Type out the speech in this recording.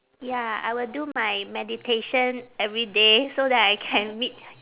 ya I will do my meditation every day so that I can meet